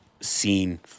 seen